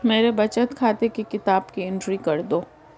मेरे बचत खाते की किताब की एंट्री कर दो?